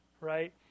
right